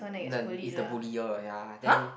the is the bullier ya then